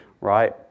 right